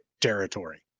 territory